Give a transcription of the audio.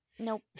Nope